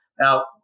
Now